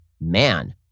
man